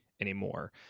anymore